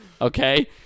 Okay